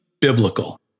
biblical